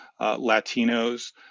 Latinos